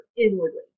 inwardly